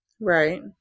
Right